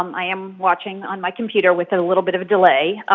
um i am watching on my computer with a little bit of a delay.